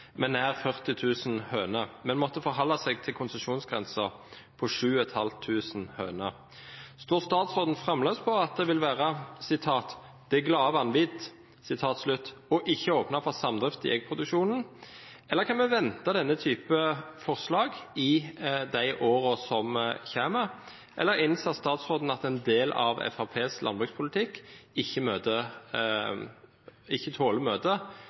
med nær 40 000 høner, men måtte forholde seg til konsesjonsgrensen på 7 500 høner. Står statsråden fremdeles fast på at det vil være «det glade vanvit» ikke å åpne for samdrift i eggproduksjon, eller kan vi vente denne type forslag i årene som kommer? Eller innser statsråden at en del av Fremskrittspartiets landbrukspolitikk ikke